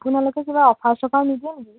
আপোনালোকে কিবা অফাৰ চফাৰ নিদিয়ে নেকি